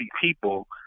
people